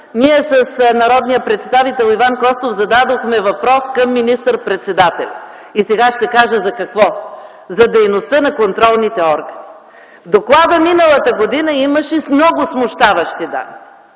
ние с народния представител Иван Костов зададохме въпрос към министър-председателя и сега ще кажа за какво – за дейността на контролните органи. В доклада миналата година имаше много смущаващи факти